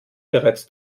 bereits